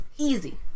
Easy